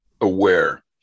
aware